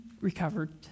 recovered